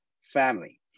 family